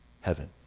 heaven